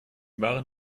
waren